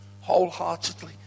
wholeheartedly